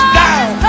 down